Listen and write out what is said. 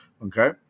Okay